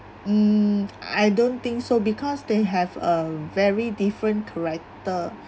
mm I don't think so because they have a very different character